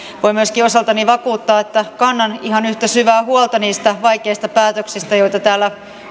voin myöskin osaltani vakuuttaa että kannan ihan yhtä syvää huolta niistä vaikeista päätöksistä joita täällä